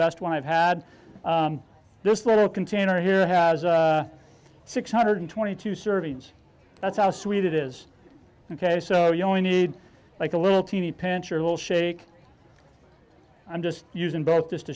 best one i've had this little container here has six hundred twenty two servings that's how sweet it is ok so you only need like a little teeny pinch or a little shake i'm just using both just to